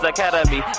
Academy